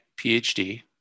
PhD